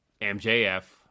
mjf